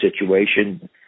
situation